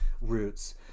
roots